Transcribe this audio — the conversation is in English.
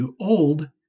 Old